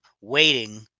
waiting